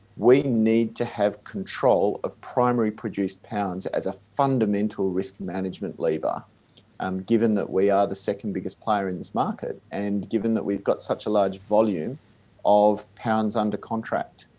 and need to have control of primary produced pounds as a fundamental risk management lever um given that we are the second biggest player in this market and given that we've got such a large volume of pounds under contract.